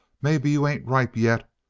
maybe you ain't ripe yet,